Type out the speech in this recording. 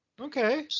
Okay